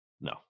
No